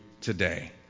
today